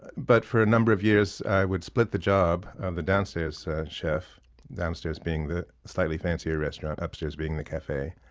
but for a number of years, i would split the job of the downstairs chef downstairs being the slightly fancier restaurant, upstairs being the cafe